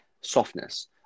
Softness